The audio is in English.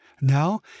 Now